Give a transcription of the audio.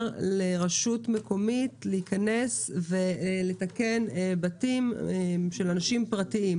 לרשות מקומית להיכנס ולתקן בתים של אנשים פרטיים.